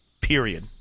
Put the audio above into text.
period